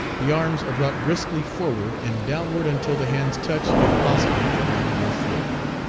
the arms are brought briskly forward and downward until the hands touch if possible the ground or floor.